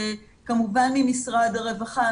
כמובן ממשרד הרווחה,